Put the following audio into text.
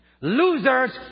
losers